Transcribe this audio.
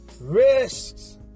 risks